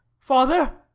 father.